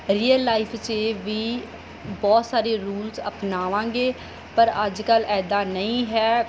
real life 'ਚ ਵੀ ਬਹੁਤ ਸਾਰੇ ਰੂਲਸ ਅਪਣਾਵਾਂਗੇ ਪਰ ਅੱਜ ਕੱਲ੍ਹ ਇੱਦਾਂ ਨਹੀਂ ਹੈ